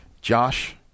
josh